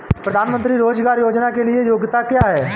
प्रधानमंत्री रोज़गार योजना के लिए योग्यता क्या है?